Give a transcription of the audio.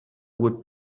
would